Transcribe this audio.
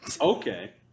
Okay